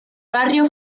barrio